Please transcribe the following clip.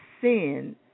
sin